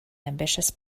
ambitious